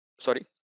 sorry